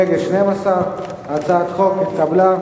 נגד, 12. הצעת החוק התקבלה.